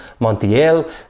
Montiel